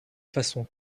façon